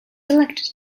elected